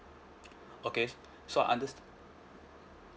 okay so I understand